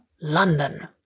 London